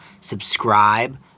subscribe